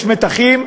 יש מתחים,